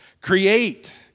Create